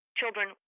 children